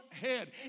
head